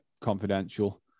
confidential